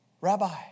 rabbi